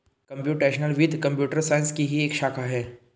computational वित्त computer science की ही एक शाखा है